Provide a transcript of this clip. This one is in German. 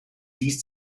dies